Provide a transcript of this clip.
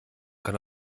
kann